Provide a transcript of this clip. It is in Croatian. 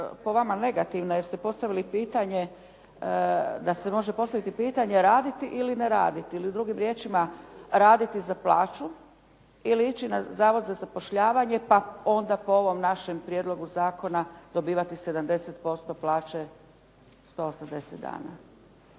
po vama negativna jer ste postavili pitanje da se može postaviti pitanje raditi ili ne raditi, ili drugim riječima raditi za plaću ili ići na zavod za zapošljavanje pa onda po ovom našem prijedlogu zakona dobivati 70% plaće 180 dana.